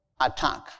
attack